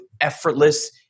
effortless